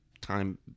time